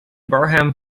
barham